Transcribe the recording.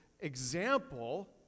example